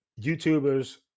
YouTubers